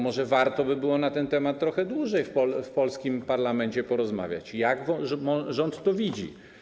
Może warto byłoby na ten temat trochę dłużej w polskim parlamencie porozmawiać, jak rząd to widzi.